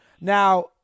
Now